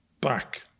back